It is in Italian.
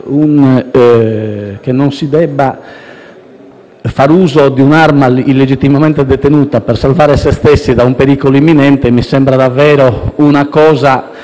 che non si debba far uso di un'arma illegittimamente detenuta per salvare se stessi da un pericolo imminente, mi sembra davvero fuori